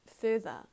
further